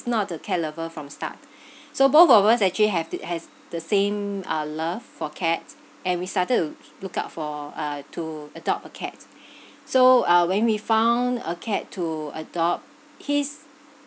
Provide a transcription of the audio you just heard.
not a cat lover from start so both of us actually have it has the same ah love for cats and we started to look out for uh to adopt a cat so uh when we found a cat to adopt his